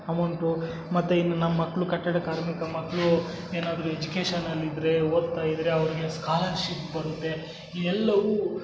amount ಮತ್ತು ಇನ್ನು ನಮ್ಮ ಮಕ್ಕಳು ಕಟ್ಟಡ ಕಾರ್ಮಿಕರ ಮಕ್ಕಳು ಏನಾದರೂ ಎಜುಕೇಶನಲ್ಲಿದ್ದರೆ ಓದ್ತಾ ಇದ್ದರೆ ಅವ್ರಿಗೆ ಸ್ಕಾಲರ್ಶಿಪ್ ಬರುತ್ತೆ ಈ ಎಲ್ಲವು